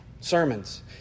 sermons